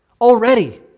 already